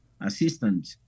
assistant